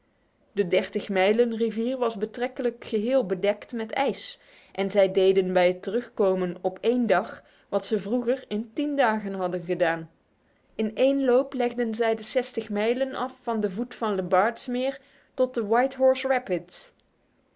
dertig mijlen rivier was betrekkelijk geheel bedekt met ijs en zij deden bij het terugkomen op één dag wat ze vroeger in tien dagen hadden gedaan in één loop legden zij de zestig mijlen af van de oever van het meer le barge tot de